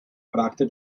fragte